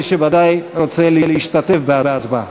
ודאי מי שרוצה להשתתף בהצבעה.